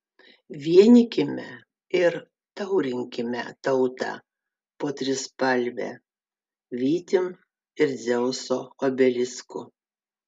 vienykime ir taurinkime tautą po trispalve vytim ir dzeuso obelisku